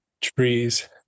trees